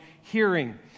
hearing